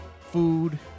food